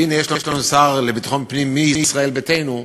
והנה יש לנו שר לביטחון פנים מישראל ביתנו,